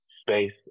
space